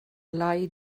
ngolau